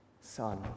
son